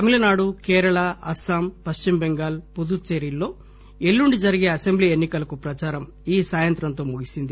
తమిళనాడు కేరళ అస్పాం పశ్చిమ బెంగాల్ పుదుచ్చేరి లలో ఎల్లుండి జరిగే అసెంబ్లీ ఎన్ని కలకు ప్రచారం ఈ సాయంత్రంతో ముగిసింది